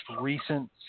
recent